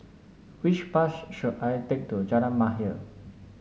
which bus should I take to Jalan Mahir